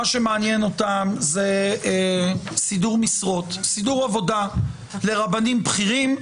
מה שמעניין אותן הוא סידור עבודה לרבנים בכירים,